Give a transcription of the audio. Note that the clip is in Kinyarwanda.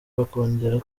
bakongera